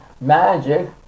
magic